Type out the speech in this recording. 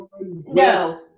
No